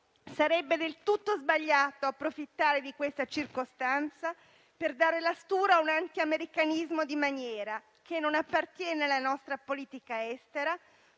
sarebbe del tutto sbagliato approfittare di questa circostanza per dare la stura a un antiamericanismo di maniera, che non appartiene alla nostra politica estera,